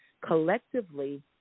collectively